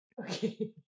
Okay